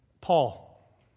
Paul